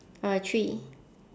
uh three